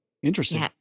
Interesting